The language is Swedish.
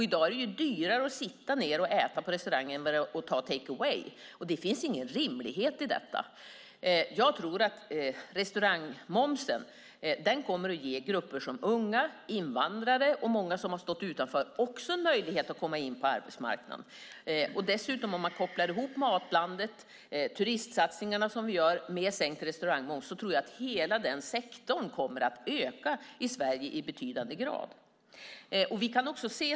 I dag är det dyrare att sitta och äta på restaurang än att ta takeaway, och det finns ingen rimlighet i detta. En sänkning av restaurangmomsen kommer att ge grupper som unga, invandrare och många som har stått utanför arbetsmarknaden en möjlighet att komma in. Om man dessutom kombinerar Matlandet Sverige, turistsatsningarna och detta med sänkt restaurangmoms tror jag att hela den sektorn kommer att öka i betydande grad i Sverige.